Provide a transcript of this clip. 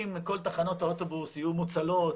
אם כל תחנות האוטובוס יהיו מוצלות,